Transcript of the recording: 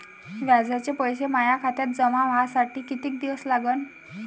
व्याजाचे पैसे माया खात्यात जमा व्हासाठी कितीक दिवस लागन?